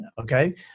Okay